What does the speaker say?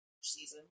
season